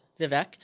Vivek